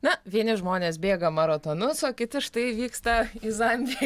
na vieni žmonės bėga maratonus o kiti štai vyksta į zambiją